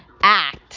act